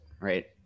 right